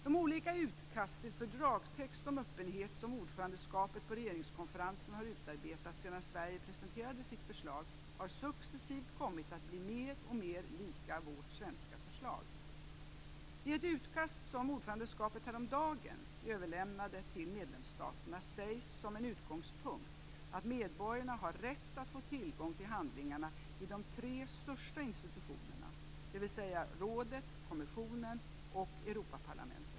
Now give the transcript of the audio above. De olika utkast till fördragstext om öppenhet som ordförandeskapet på regeringskonferensen har utarbetat sedan Sverige presenterade sitt förslag har successivt kommit att bli mer och mer lika vårt svenska förslag. I ett utkast som ordförandeskapet häromdagen överlämnade till medlemsstaterna sägs som en utgångspunkt att medborgarna har rätt att få tillgång till handlingarna i de tre största institutionerna, dvs. rådet, kommissionen och Europaparlamentet.